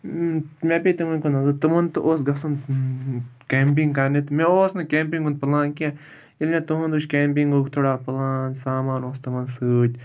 مےٚ پیے تِمَن کُن نَظر تِمَن تہِ اوس گژھُن کٮ۪مپِنٛگ کَرنہِ تہٕ مےٚ اوس نہٕ کٮ۪مپِنٛگ ہُنٛد پٕلان کیٚنٛہہ ییٚلہِ مےٚ تُہُنٛد وٕچھ کیٚمپِنٛگُک تھوڑا پٕلان سامان اوس تِمَن سۭتۍ